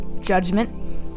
Judgment